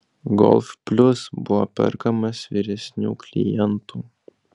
golf plius buvo perkamas vyresnių klientų